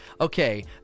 okay